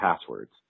passwords